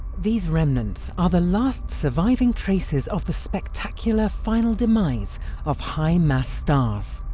these remnants are the last surviving traces of the spectacular final demise of high-mass stars.